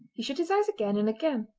he shut his eyes again and again,